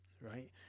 right